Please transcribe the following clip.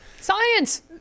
Science